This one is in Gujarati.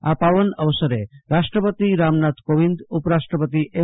આ પાવન અવસરે રાષ્ટ્રપતિ રામનાથ કોવિંદઉપરાષ્ટ્રપતિ એમ